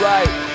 right